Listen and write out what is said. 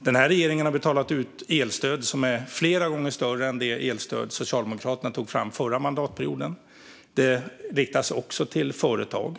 Den här regeringen har betalat ut elstöd som är flera gånger större än det elstöd som Socialdemokraterna tog fram förra mandatperioden. Det riktar sig också till företag.